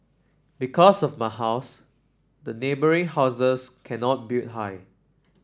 because of my house the neighbouring houses cannot build high